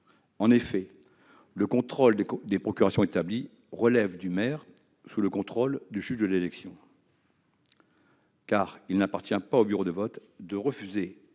de la régularité des procurations établies relevant du maire, sous le contrôle du juge de l'élection. Il n'appartient pas au bureau de vote de refuser